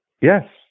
Yes